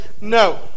no